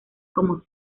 como